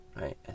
right